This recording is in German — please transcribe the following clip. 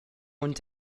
und